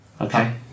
Okay